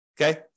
okay